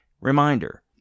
Reminder